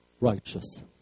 righteous